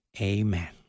Amen